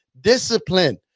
discipline